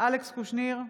אלכס קושניר,